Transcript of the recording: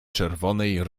czerwonej